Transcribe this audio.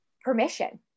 permission